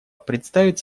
представит